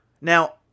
now